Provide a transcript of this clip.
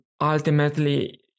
ultimately